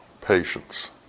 patience